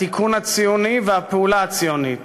התיקון הציוני והפעולה הציונית.